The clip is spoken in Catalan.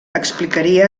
explicaria